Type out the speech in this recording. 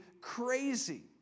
crazy